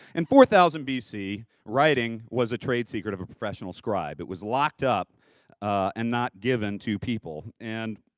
in four thousand bc, writing was a trade secret of a professional scribe. it was locked up and not given to people. and,